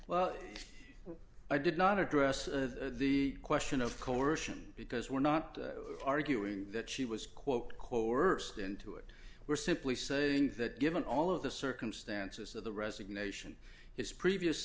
well i did not address the question of coercion because we're not arguing that she was quote coerced into it we're simply saying that given all of the circumstances of the resignation his previous